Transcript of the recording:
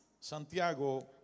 Santiago